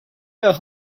are